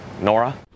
Nora